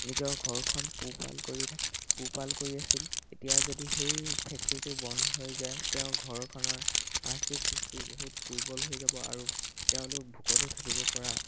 নিজৰ ঘৰখন পোহপাল কৰি থাক পোহপাল কৰি আছিল এতিয়া যদি সেই ফেক্ট্ৰিটো বন্ধ হৈ যায় তেওঁ ঘৰখনৰ আৰ্থিক সৃষ্টি বহুত দুৰ্বল হৈ যাব আৰু তেওঁলোক ভোকতো থাকিব পৰা